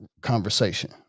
conversation